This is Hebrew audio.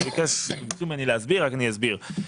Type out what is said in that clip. ביקשו ממני להסביר, אני אסביר.